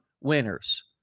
Winners